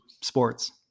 sports